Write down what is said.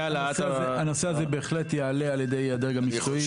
הנושא הזה בהחלט יעלה על ידי הדרג המקצועי.